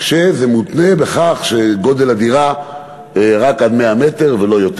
וזה מותנה בכך שגודל הדירה הוא רק עד 100 מ"ר ולא יותר.